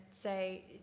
say